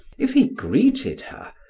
if he greeted her,